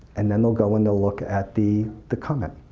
and then they'll go and they'll look at the the comment.